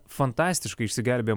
fantastiškai išsigelbėjo